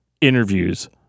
interviews